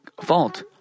fault